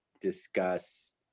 discuss